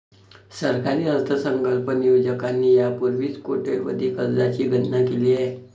सरकारी अर्थसंकल्प नियोजकांनी यापूर्वीच कोट्यवधी कर्जांची गणना केली आहे